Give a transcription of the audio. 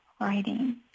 writing